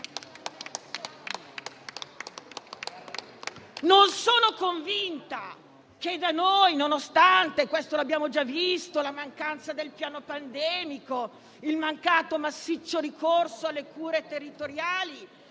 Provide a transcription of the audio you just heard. questo l'abbiamo già visto - nonostante la mancanza del piano pandemico e il mancato massiccio ricorso alle cure territoriali,